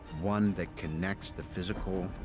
one that connects the physical,